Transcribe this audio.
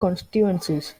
constituencies